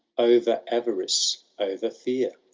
over avarice, over fear,